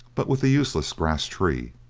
but with the useless grass-tree.